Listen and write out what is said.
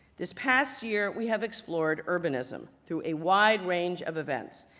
this past year we have explored urbanism through a wide range of events,